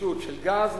נגישות של גז,